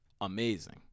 amazing